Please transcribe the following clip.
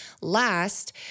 last